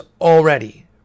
already